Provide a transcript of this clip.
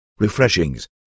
refreshings